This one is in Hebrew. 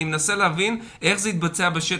אני מנסה להבין איך זה יתבצע בשטח.